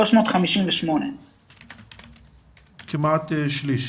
358. כמעט שליש.